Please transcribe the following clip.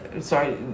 Sorry